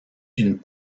une